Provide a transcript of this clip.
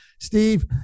Steve